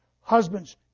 husbands